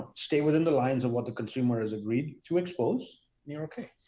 stay within the lines of what the consumer has agreed to expose, and you're okay.